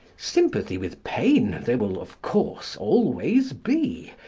sympathy with pain there will, of course, always be.